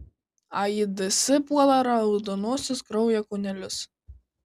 aids puola raudonuosius kraujo kūnelius